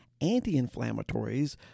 anti-inflammatories